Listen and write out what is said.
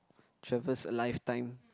travels a life time